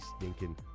stinking